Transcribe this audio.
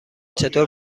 چطور